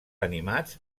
animats